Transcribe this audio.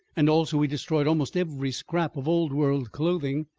and also we destroyed almost every scrap of old-world clothing.